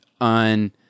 on